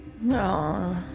No